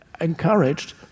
encouraged